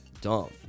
dumb